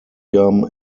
gum